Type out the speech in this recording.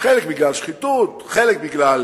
חלק בגלל שחיתות, חלק בגלל